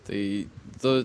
tai tu